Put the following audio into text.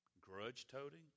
grudge-toting